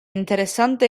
interessante